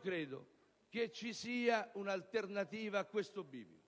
credo che ci sia un'alternativa a questo bivio